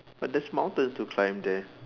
but there's mountains to climb there